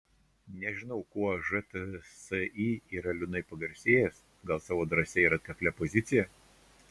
nežinau kuo žtsi yra liūdnai pagarsėjęs gal savo drąsia ir atkaklia pozicija